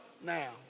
now